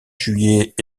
juillet